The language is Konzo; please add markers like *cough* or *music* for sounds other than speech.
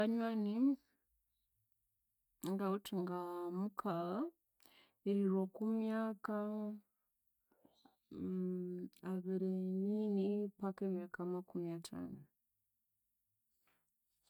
Abanywani ngawithe ngamukagha erilhwa oko myaka *hesitation* abiri nini paka emyaka makumi athanu